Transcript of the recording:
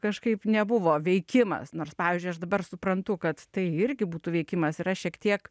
kažkaip nebuvo veikimas nors pavyzdžiui aš dabar suprantu kad tai irgi būtų veikimas ir aš šiek tiek